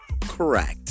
Correct